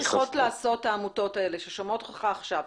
אז מה צריכות העמותות האלה ששומעות אותך עכשיו?